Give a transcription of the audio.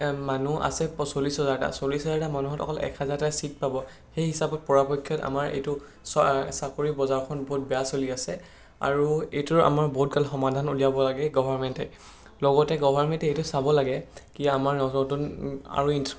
মানুহ আছে প চল্লিছ হাজাৰটা চল্লিছ হাজাৰটা মানুহত অকল এক হাজাৰটাই ছিট পাব সেই হিচাপত পৰাপক্ষত আমাৰ এইটো চ চাকৰি বজাৰখন বহুত বেয়া চলি আছে আৰু এইটোৰ আমাৰ বহুত গাল সমাধান ওলিয়াব লাগে গভৰ্ণমেণ্টে লগতে গভৰ্ণমেণ্টে এইটো চাব লাগে কি আমাৰ নতুন নতুন আৰু ইনছ